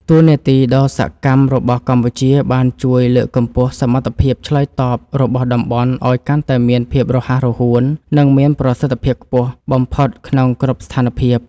តួនាទីដ៏សកម្មរបស់កម្ពុជាបានជួយលើកកម្ពស់សមត្ថភាពឆ្លើយតបរបស់តំបន់ ឱ្យកាន់តែមានភាពរហ័សរហួន និងមានប្រសិទ្ធភាពខ្ពស់បំផុតក្នុងគ្រប់ស្ថានភាព។